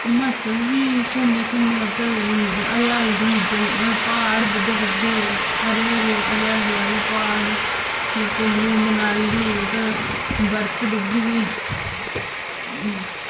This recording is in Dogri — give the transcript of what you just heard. हिमाचल बी घुम्में उद्धर हरियाली प्हाड़ बड्डे बड्डे हरे हरे हरियाली आह्ले प्हाड़ फ्ही कुल्लू मनाली उद्धर बर्फ डिग्गी दी